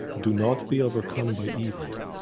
do not be overcome by evil,